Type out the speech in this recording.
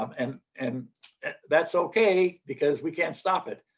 um and and that's okay. because we can't stop it.